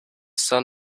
son